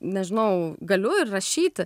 nežinau galiu ir rašyti